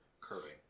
curving